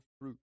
fruit